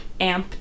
amped